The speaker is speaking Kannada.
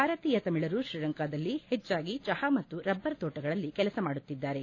ಭಾರತೀಯ ತಮಿಳರು ಶ್ರೀಲಂಕಾದಲ್ಲಿ ಹೆಚ್ಚಾಗಿ ಚಹ ಮತ್ತು ರಬ್ಬರ್ ತೋಟಗಳಲ್ಲಿ ಕೆಲಸ ಮಾಡುತ್ತಿದ್ದಾರೆ